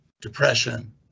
depression